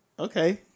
Okay